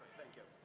thank you.